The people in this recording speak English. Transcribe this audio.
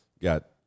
got